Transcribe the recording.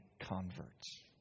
converts